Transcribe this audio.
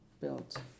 built